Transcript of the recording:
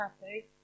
happy